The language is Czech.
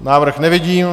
Návrh nevidím.